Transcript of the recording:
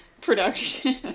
production